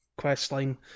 questline